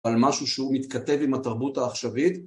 על משהו שהוא מתכתב עם התרבות העכשווית